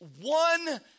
one